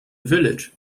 village